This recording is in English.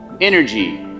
energy